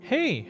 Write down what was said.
Hey